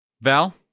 Val